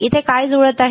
इथे काय जुळत आहे